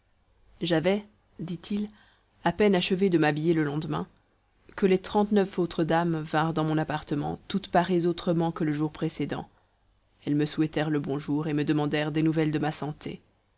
j'avais dit-il à peine achevé de m'habiller le lendemain que les trente-neuf autres dames vinrent dans mon appartement toutes parées autrement que le jour précédent elles me souhaitèrent le bonjour et me demandèrent des nouvelles de ma santé